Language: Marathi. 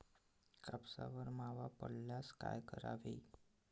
कापसावर मावा पडल्यास काय करावे?